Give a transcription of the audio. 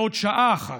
לעוד שעה אחת.